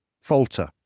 falter